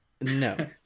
no